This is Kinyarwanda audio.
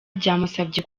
byamusabye